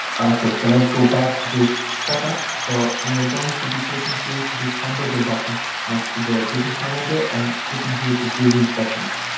okay, so let's go back to this setup. so we are going to be clicking here to this hamburger button next to the business manager and clicking here to business settings.